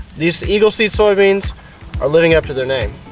these eagle seed soybeans are living up to their name.